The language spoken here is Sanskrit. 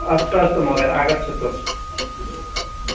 अस्तु अस्तु महोदय आगच्छतु